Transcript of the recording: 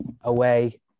away